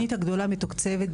התוכנית הגדולה מתוקצבת,